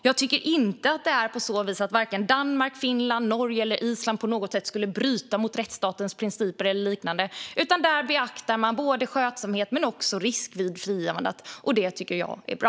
Jag tycker inte att vare sig Danmark, Finland, Norge eller Island på något sätt bryter mot rättsstatens principer eller liknande, utan där beaktar man både skötsamhet och risk vid frigivandet. Detta tycker jag är bra.